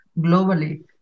globally